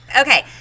Okay